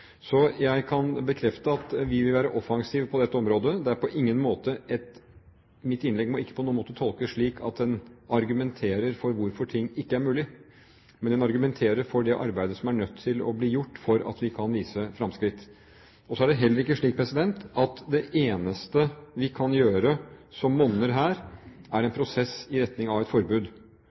Jeg kan bekrefte at vi vil være offensive på dette området. Mitt innlegg må på ingen måte tolkes slik at det argumenterer for hvorfor ting ikke er mulig, men argumenterer for det arbeidet som er nødt til å bli gjort, slik at vi kan vise fremskritt. Så er det heller ikke slik at det eneste vi kan gjøre som monner, er å ha en prosess i retning av et forbud.